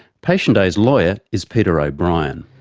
patient a's lawyer is peter o'brien.